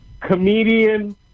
Comedian